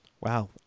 wow